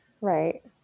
Right